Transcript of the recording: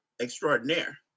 extraordinaire